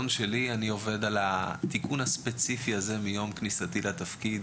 אני עובד על התיקון הספציפי הזה מיום כניסתי לתפקיד,